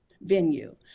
venue